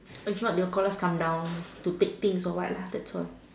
if not they will call us come down to take things or what like that's all